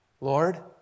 Lord